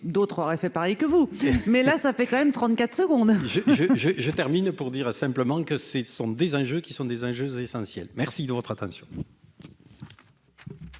d'autres aurait fait pareil que vous, mais là ça fait quand même 34 secondes je je. Je je termine pour dire simplement que si ce sont des enjeux qui sont des enjeux essentiels, merci de votre attention.